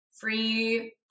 free